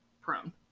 prone